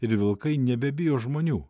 ir vilkai nebebijo žmonių